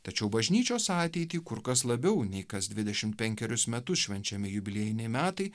tačiau bažnyčios ateitį kur kas labiau nei kas dvidešim penkerius metus švenčiami jubiliejiniai metai